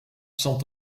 zand